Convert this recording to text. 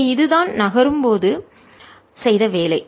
எனவே இதுதான் நகரும் போது செய்த வேலை